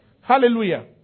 Hallelujah